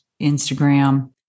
Instagram